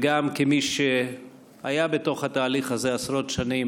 כמי שהיה בתוך התהליך הזה עשרות שנים,